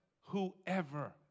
whoever